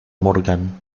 morgan